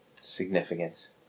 significance